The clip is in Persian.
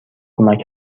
کمک